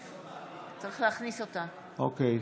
אוקיי.